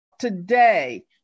Today